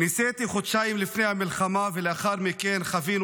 נישאתי חודשיים לפני המלחמה ולאחר מכן חווינו